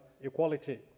equality